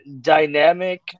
dynamic